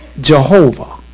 Jehovah